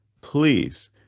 please